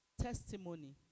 testimony